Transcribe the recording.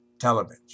television